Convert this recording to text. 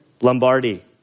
Lombardi